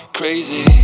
crazy